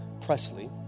Presley